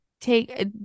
take